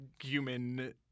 human